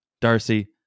Darcy